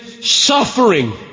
Suffering